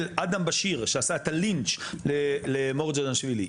אדם בשיר שעשה את הלינץ למור ג'אנאשוילי,